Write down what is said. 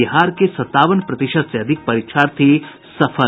बिहार के संतावन प्रतिशत से अधिक परीक्षार्थी सफल